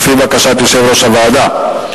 לפי בקשת יושב-ראש הוועדה.